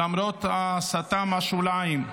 למרות ההסתה מהשוליים.